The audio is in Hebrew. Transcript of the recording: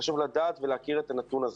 חשוב לדעת ולהכיר את הנתון הזה.